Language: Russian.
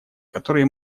которые